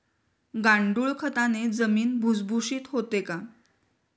गांडूळ खताने जमीन भुसभुशीत होते का?